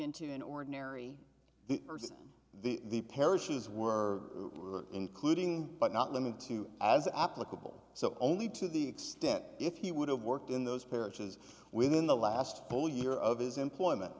even to an ordinary person the parishes were including but not limited to as applicable so only to the extent if he would have worked in those parishes within the last full year of his employment